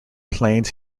plains